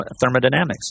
thermodynamics